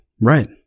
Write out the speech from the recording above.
Right